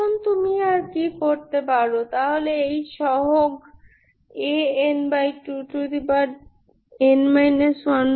এখন তুমি আর কি করতে পারো তাহলে এই সহগ An2n 1n